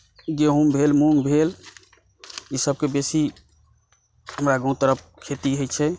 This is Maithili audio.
गेहूॅं भेल मुँग भेल ई सभकेँ बेसी हमरा गाँव तरफ खेती होइ छै